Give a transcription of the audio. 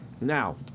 Now